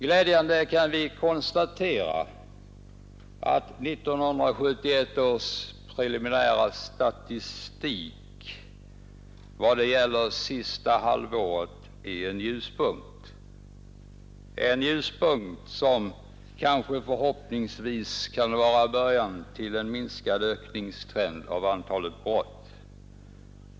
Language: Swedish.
Glädjande nog kan vi konstatera att den preliminära statistiken för sista halvåret 1971 är en ljuspunkt. Förhoppningsvis är den början till en trend mot minskad ökning av antalet brott.